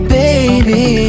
baby